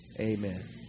Amen